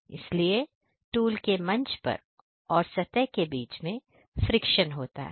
इसीलिए टूल के मंच पर और सतह के बीच में फ्रिक्शन होता है